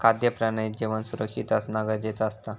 खाद्य प्रणालीत जेवण सुरक्षित असना गरजेचा असता